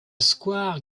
square